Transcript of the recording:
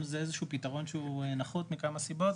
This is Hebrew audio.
זה איזה שהוא פתרון שהוא נחות מכמה סיבות,